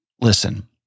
listen